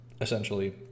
essentially